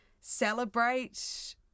celebrate